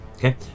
Okay